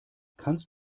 kannst